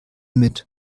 mit